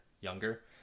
younger